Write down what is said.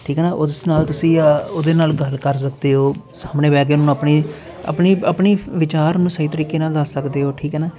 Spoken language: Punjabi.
ਠੀਕ ਆ ਨਾ ਉਸ ਨਾਲ ਤੁਸੀਂ ਉਹਦੇ ਨਾਲ ਗੱਲ ਕਰ ਸਕਦੇ ਹੋ ਸਾਹਮਣੇ ਬਹਿ ਕੇ ਉਹਨਾਂ ਨੂੰ ਆਪਣੀ ਆਪਣੀ ਆਪਣੀ ਵਿਚਾਰ ਨੂੰ ਸਹੀ ਤਰੀਕੇ ਨਾਲ ਦੱਸ ਸਕਦੇ ਹੋ ਠੀਕ ਹੈ ਨਾ